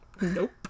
nope